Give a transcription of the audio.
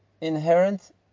inherent